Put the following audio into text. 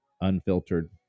unfiltered